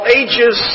ages